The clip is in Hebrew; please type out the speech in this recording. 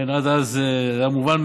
עד אז זה היה מובן מאליו,